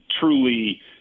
truly